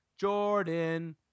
Jordan